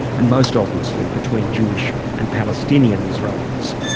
and most obviously between jewish and palestinian israelis.